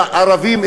הערבים,